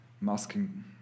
masking